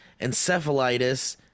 encephalitis